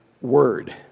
word